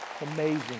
Amazing